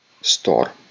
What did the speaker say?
store